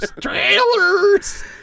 Trailers